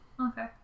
Okay